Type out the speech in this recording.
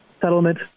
settlement